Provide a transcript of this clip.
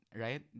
right